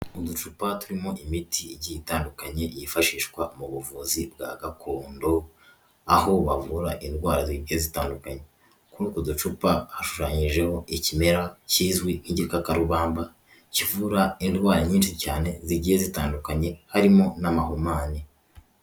Uducupa turimo imiti igiye itandukanye yifashishwa mu buvuzi bwa gakondo aho bavura indwara zitandukanye, kuri utwo ducupa hashushanyijeho ikimera kizwi nk'igikakarubamba kivura indwara nyinshi cyane zigiye zitandukanye, harimo n'amahumane.